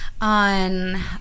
on